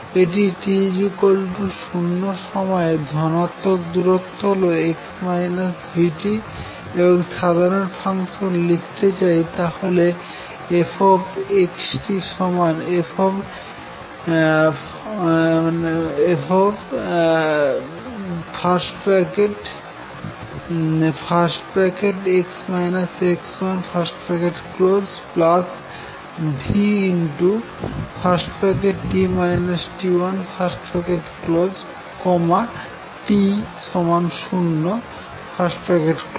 এটির t 0 সময়ে ধনাত্মক দূরত্ব হল x v t এবং সাধারন ফাংশন লিখতে চাই তাহলে fxt f v t 0